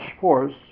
force